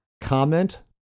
comment